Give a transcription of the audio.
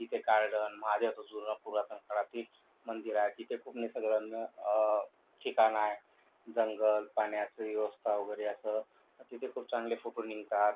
इथे काळढण महादेवाचं जुनं पुरातन काळातील मंदिर आहे तिथे खूप निसर्गरम्य ठिकान आहे जंगल पाण्याची व्यवस्था वगैरे असं तिथे खूप चांगले फोटो निघतात